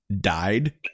died